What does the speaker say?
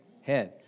head